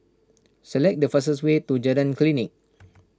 select the fastest way to Jalan Klinik